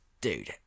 dude